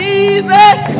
Jesus